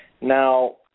Now